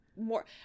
more